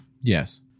Yes